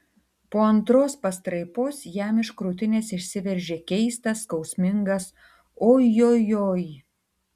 po antros pastraipos jam iš krūtinės išsiveržė keistas skausmingas ojojoi